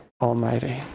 almighty